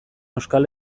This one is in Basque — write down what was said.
euskal